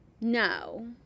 No